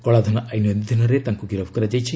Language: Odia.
କଳାଧନ ଆଇନ୍ ଅଧୀନରେ ତାଙ୍କୁ ଗିରଫ୍ କରାଯାଇଛି